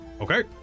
okay